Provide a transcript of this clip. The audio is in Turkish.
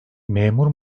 memur